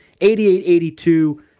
88-82